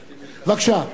בבקשה.